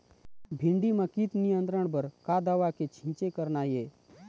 भिंडी म कीट नियंत्रण बर का दवा के छींचे करना ये?